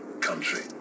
country